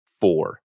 four